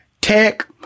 Tech